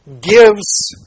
gives